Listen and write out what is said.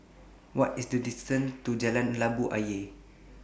What IS The distance to Jalan Labu Ayer